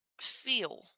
feel